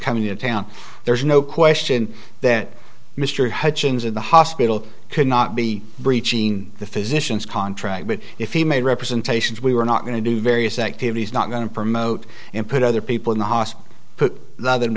coming into town there's no question that mr hutchings in the hospital cannot be breaching the physician's contract but if he made representations we were not going to do various activities not going to promote and put other people in the hospital but rather t